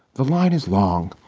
the line is long.